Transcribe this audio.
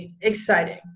exciting